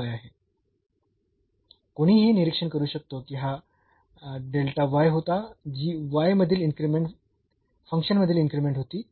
आता कोणीही हे निरीक्षण करू शकतो की हा होता जी मधील इन्क्रीमेंट फंक्शन मधील इन्क्रीमेंट होती